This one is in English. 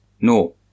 No